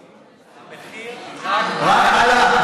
המחיר רק עלה.